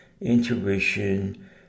intuition